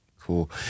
Cool